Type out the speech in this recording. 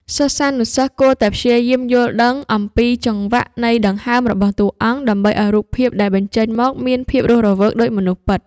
សិស្សានុសិស្សគួរតែព្យាយាមយល់ដឹងអំពីចង្វាក់នៃដង្ហើមរបស់តួអង្គ ដើម្បីឱ្យរូបភាពដែលបញ្ចេញមកមានភាពរស់រវើកដូចមនុស្សពិត។